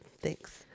Thanks